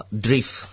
drift